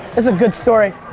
is a good story.